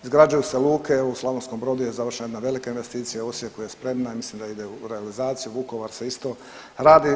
Izgrađuju se luke, u Slavonskom Brodu je završena jedna velika investicija, u Osijeku je spremna i mislim da ide u realizaciju, Vukovar se isto radi.